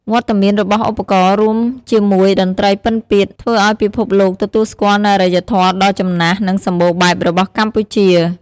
វត្តមានរបស់ឧបករណ៍ រួមជាមួយតន្ត្រីពិណពាទ្យ ធ្វើឱ្យពិភពលោកទទួលស្គាល់នូវអរិយធម៌ដ៏ចំណាស់ និងសម្បូរបែបរបស់កម្ពុជា។